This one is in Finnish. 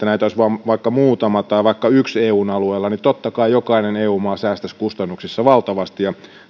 näitä olisi vaikka muutama tai vaikka yksi eun alueella niin totta kai jokainen eu maa säästäisi kustannuksissa valtavasti ja